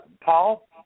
Paul